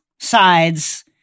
sides